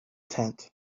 tent